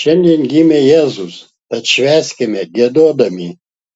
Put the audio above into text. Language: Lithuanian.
šiandien gimė jėzus tad švęskime giedodami